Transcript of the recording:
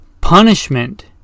Punishment